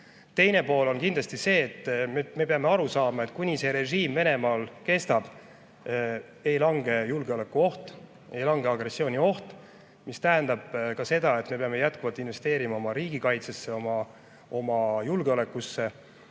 Teine pool on kindlasti see, et me peame aru saama, et kuni see režiim Venemaal kestab, ei lange julgeolekuoht, ei lange agressioonioht. See tähendab ka seda, et me peame jätkuvalt investeerima oma riigikaitsesse, oma julgeolekusse.